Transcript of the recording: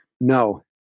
No